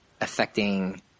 affecting